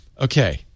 okay